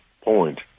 point